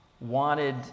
wanted